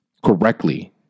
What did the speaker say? Correctly